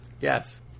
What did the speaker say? Yes